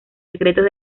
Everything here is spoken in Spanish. secretos